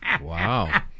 wow